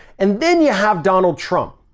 and then you have donald trump,